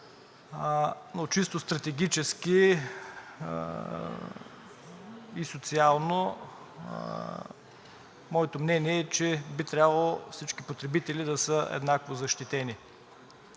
Чисто стратегически и социално моето мнение е, че би трябвало всички потребители да са еднакво защитени.